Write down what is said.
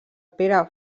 pere